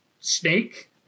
snake